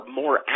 more